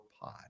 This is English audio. Pod